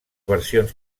versions